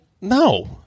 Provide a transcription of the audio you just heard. No